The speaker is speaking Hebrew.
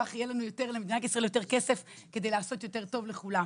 כך למדינת ישראל יהיה יותר כסף לעשות יותר טוב לכולם.